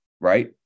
right